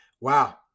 Wow